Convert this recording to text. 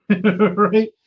Right